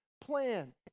plan